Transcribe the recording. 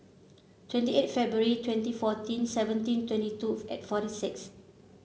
twenty eight February twenty fourteen seventeen twenty two forty six